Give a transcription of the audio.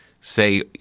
say